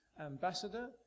ambassador